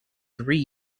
three